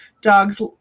dogs